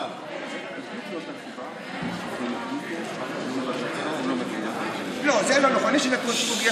ההצבעה הן כדלקמן: 56 נגד,